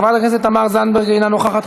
חברת הכנסת תמר זנדברג, אינה נוכחת.